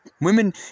women